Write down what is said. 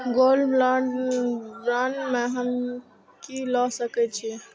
Gold bond में हम की ल सकै छियै?